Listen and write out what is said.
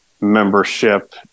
membership